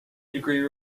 degree